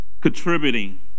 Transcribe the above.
contributing